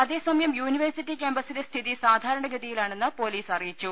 അതേസമയം യൂണിവേഴ്സിറ്റി കൃാമ്പസിലെ സ്ഥിതി സാധാ രണ ഗതിയിലാണെന്ന് പൊലീസ് അറിയിച്ചു